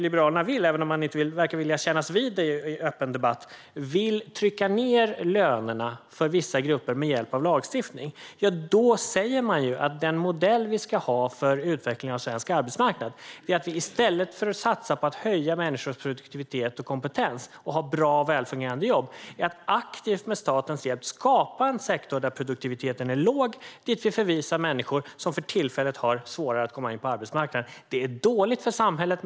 Liberalerna vill, även om de inte verkar vilja kännas vid det i öppen debatt, trycka ned lönerna för vissa grupper med hjälp av lagstiftning. Det är den modell de vill ha för utvecklingen av svensk arbetsmarknad. I stället för att satsa på att höja människors produktivitet och kompetens och ha bra och välfungerande jobb vill de alltså aktivt med statens hjälp skapa en sektor där produktiviteten är låg och dit vi kan förvisa människor som för tillfället har svårare att komma in på arbetsmarknaden. Det är dåligt för samhället.